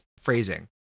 phrasing